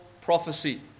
prophecy